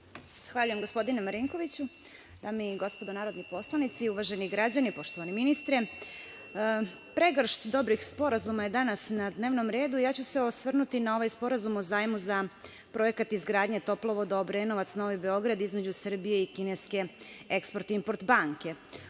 Zahvaljujem, gospodine Marinkoviću. Dame i gospodo narodni poslanici, poštovani ministre, pregršt dobrih sporazuma je danas na dnevnom redu. Ja ću se osvrnuti na ovaj Sporazum o zajmu za Projekat izgradnje toplovoda Obrenovac – Novi Beograd između Srbije i kineske Export – Import banke. Ovaj